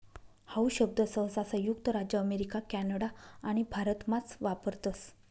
how शब्द सहसा संयुक्त राज्य अमेरिका कॅनडा आणि भारतमाच वापरतस